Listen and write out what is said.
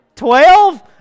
Twelve